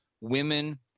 women